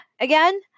again